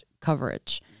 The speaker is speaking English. coverage